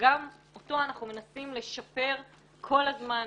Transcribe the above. שגם אותו אנחנו מנסים לשפר כל הזמן,